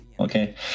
Okay